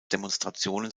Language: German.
demonstrationen